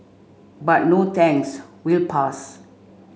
but no thanks we'll pass